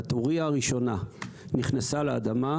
הטורייה הראשונה נכנסה לאדמה,